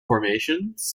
formations